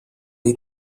dei